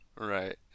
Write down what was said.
Right